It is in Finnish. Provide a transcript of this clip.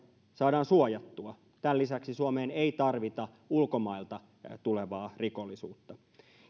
saadaan suojattua tämän lisäksi suomeen ei tarvita ulkomailta tulevaa rikollisuutta